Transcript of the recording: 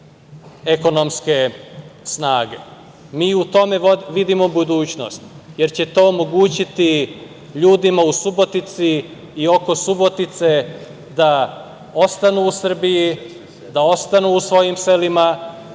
ekonomske snage. Mi u tome vidimo budućnost, jer će to omogućiti ljudima u Subotici i oko Subotice da ostanu u Srbiji, da ostanu u svojim selima,